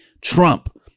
trump